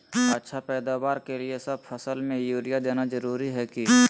अच्छा पैदावार के लिए सब फसल में यूरिया देना जरुरी है की?